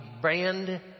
brand